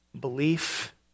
Belief